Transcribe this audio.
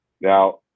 Now